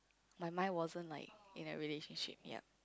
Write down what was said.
my mind wasn't like in a relationship yup